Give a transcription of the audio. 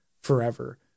forever